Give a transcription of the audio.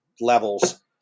levels